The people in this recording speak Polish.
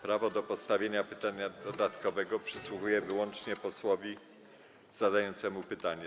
Prawo do postawienia pytania dodatkowego przysługuje wyłącznie posłowi zadającemu pytanie.